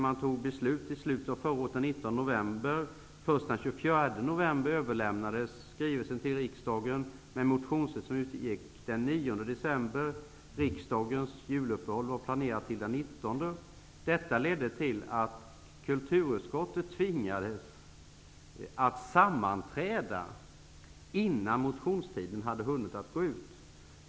Man fattade beslut i slutet av förra året, den 19 december. Riksdagens juluppehåll var planerat till den 19. Detta ledde till att kulturutskottet tvingades att sammanträda innan motionstiden hade gått ut.